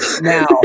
Now